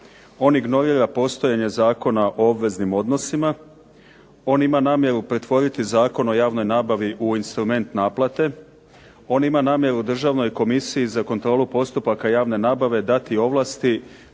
On ignorira postojanje Zakona o obveznim odnosima. On ima namjeru pretvoriti Zakon o javnoj nabavi u instrument naplate. On ima namjeru Državnoj komisiji za kontrolu postupaka javne nabave dati ovlasti